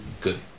good